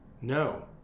No